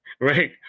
right